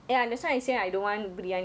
ya that's why I say rasam